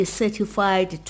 certified